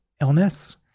illness